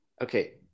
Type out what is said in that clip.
okay